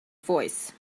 voice